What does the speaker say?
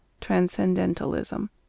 Transcendentalism